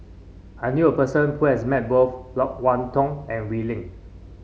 I knew a person who has met both Loke Wan Tho and Wee Lin